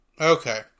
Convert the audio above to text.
Okay